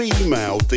female